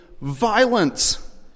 violence